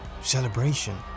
celebration